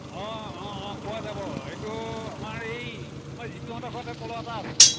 পোৱা যাব এইটো আমাৰ এই আমাৰ জিতুহঁতৰ ঘৰতে পলহ এটা আছে